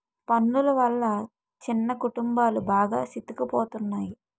పన్నులు వల్ల చిన్న కుటుంబాలు బాగా సితికిపోతున్నాయి